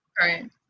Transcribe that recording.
Right